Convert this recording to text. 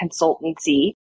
consultancy